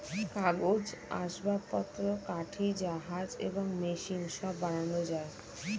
কাগজ, আসবাবপত্র, কাঠি, জাহাজ এবং মেশিন সব বানানো যায়